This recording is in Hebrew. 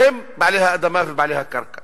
שהם בעלי האדמה ובעלי הקרקע.